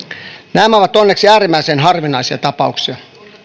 nämä ovat onneksi äärimmäisen harvinaisia tapauksia